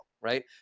right